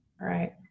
right